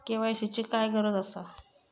KYC ची काय गरज आसा?